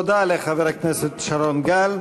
תודה לחבר הכנסת שרון גל.